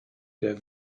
der